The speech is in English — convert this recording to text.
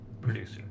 producer